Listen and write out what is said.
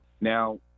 Now